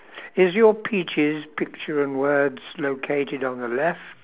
is your peaches picture and words located on the left